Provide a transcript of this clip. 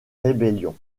rébellions